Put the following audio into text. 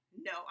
no